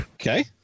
Okay